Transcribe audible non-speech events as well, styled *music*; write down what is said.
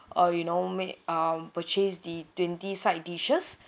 uh you know make um purchase the twenty side dishes *breath*